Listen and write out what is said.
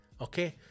okay